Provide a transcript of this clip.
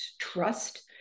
trust